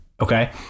Okay